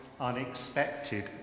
unexpected